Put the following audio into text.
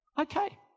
Okay